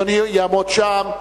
אדוני יעמוד שם,